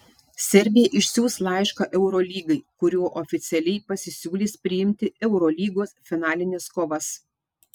serbija išsiųs laišką eurolygai kuriuo oficialiai pasisiūlys priimti eurolygos finalines kovas